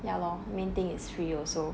ya lor main thing is free also